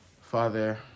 father